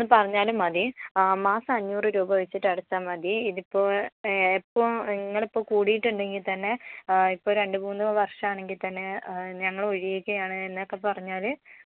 ഒന്ന് പറഞ്ഞാലും മതി മാസം അഞ്ഞൂറ് രൂപ വെച്ചിട്ട് അടച്ചാൽ മതി ഇതിപ്പോൾ എപ്പോൾ ഇങ്ങളിപ്പോൾ കൂടിട്ടിണ്ടെങ്കിൽ തന്നെ ഇപ്പോൾ രണ്ട് മൂന്നു വര്ഷമാണെങ്കിൽ തന്നെ ഞങ്ങൾ ഒഴിയുകയാണ് എന്നൊക്കെ പറഞ്ഞാൽ